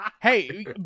Hey